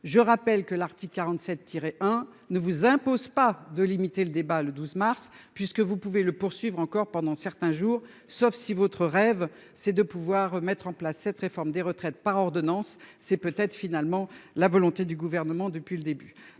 je rappelle que l'article 47 tirer hein. Ne vous impose pas de limiter le débat le 12 mars puisque vous pouvez le poursuivre encore pendant certains jours, sauf si votre rêve c'est de pouvoir mettre en place cette réforme des retraites par ordonnance c'est peut être finalement la volonté du gouvernement depuis le début.